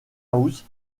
house